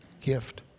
gift